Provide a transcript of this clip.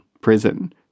prison